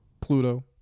Pluto